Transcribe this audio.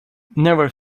never